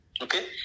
Okay